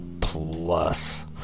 plus